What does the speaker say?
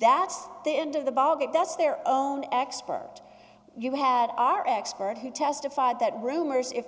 that's the end of the bog that's their own expert you had our expert who testified that rumors if